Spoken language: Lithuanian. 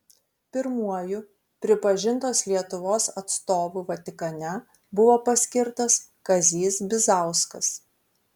pirmuoju pripažintos lietuvos atstovu vatikane buvo paskirtas kazys bizauskas